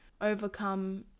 overcome